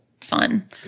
son